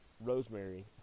Rosemary